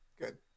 Good